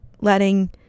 letting